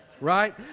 Right